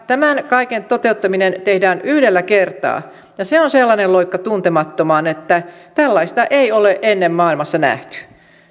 tämän kaiken toteuttaminen tehdään yhdellä kertaa ja se on sellainen loikka tuntemattomaan että tällaista ei ole ennen maailmassa nähty